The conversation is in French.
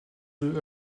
deux